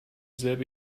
selbe